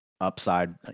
upside